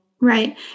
Right